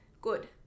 good